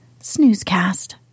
snoozecast